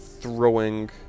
throwing